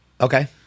Okay